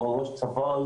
ראש צוואר,